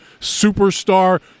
superstar